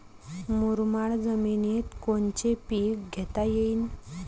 मुरमाड जमिनीत कोनचे पीकं घेता येईन?